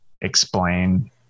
explain